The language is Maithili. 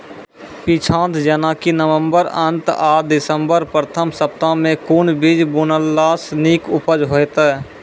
पीछात जेनाकि नवम्बर अंत आ दिसम्बर प्रथम सप्ताह मे कून बीज बुनलास नीक उपज हेते?